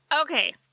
Okay